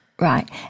Right